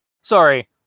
sorry